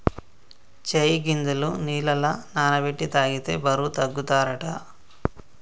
చై గింజలు నీళ్లల నాన బెట్టి తాగితే బరువు తగ్గుతారట